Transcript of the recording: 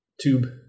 tube